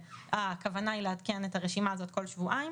הכוונה לעדכן את הרשימה הזאת בכל שבועיים